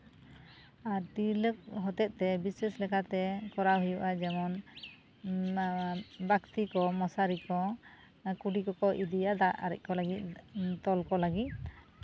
ᱟᱨ ᱛᱤᱨᱞᱟᱹ ᱦᱚᱛᱮᱫ ᱛᱮ ᱵᱤᱥᱮᱥ ᱞᱮᱠᱟᱛᱮ ᱠᱚᱨᱟᱣ ᱦᱩᱭᱩᱜᱼᱟ ᱡᱮᱢᱚᱱ ᱱᱟᱣᱟ ᱵᱟᱠᱛᱤ ᱠᱚ ᱢᱚᱥᱟᱨᱤ ᱠᱚ ᱠᱩᱰᱤ ᱠᱚᱠᱚ ᱤᱫᱤᱭᱟ ᱫᱟᱜ ᱟᱨᱮᱡ ᱠᱚ ᱞᱟᱹᱜᱤᱫ ᱛᱚᱞ ᱠᱚ ᱞᱟᱹᱜᱤᱫ